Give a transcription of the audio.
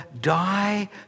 die